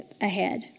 ahead